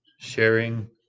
sharing